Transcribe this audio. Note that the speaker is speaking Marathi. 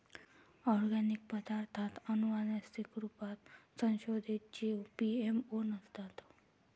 ओर्गानिक पदार्ताथ आनुवान्सिक रुपात संसोधीत जीव जी.एम.ओ नसतात